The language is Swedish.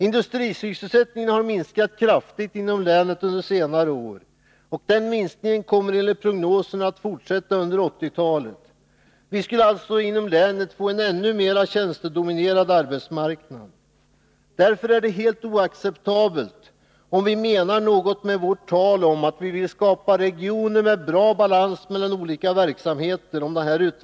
Industrisysselsättningen har minskat kraftigt inom länet under senare år, och den minskningen kommer enligt prognoserna att fortsätta under 1980-talet. Vi skulle alltså få en ännu mera tjänstedominerad arbetsmarknad. Detta är helt oacceptabelt om vi menar något med vårt tal om att skapa regioner med bra balans mellan olika verksamheter.